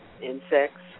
insects